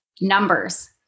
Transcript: numbers